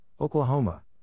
Oklahoma